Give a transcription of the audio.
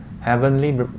Heavenly